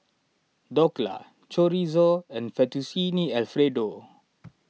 Dhokla Chorizo and Fettuccine Alfredo